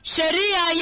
Sharia